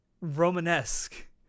Romanesque